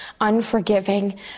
unforgiving